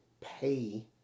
pay